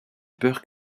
peur